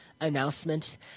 announcement